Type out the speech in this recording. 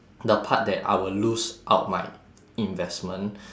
the part that I will lose out my investment